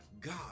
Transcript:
God